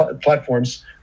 platforms